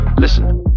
Listen